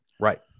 Right